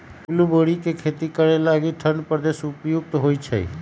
blueberry के खेती करे लागी ठण्डा प्रदेश उपयुक्त होइ छै